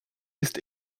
ist